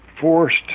forced